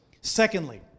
Secondly